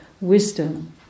wisdom